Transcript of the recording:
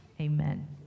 Amen